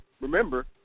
remember